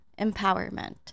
Empowerment